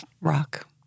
Rock